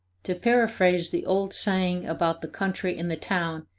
to paraphrase the old saying about the country and the town,